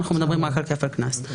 אנחנו מדברים רק על כפל קנס.